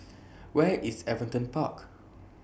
Where IS Everton Park